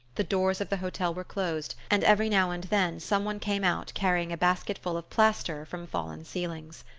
the doors of the hotel were closed, and every now and then some one came out carrying a basketful of plaster from fallen ceilings.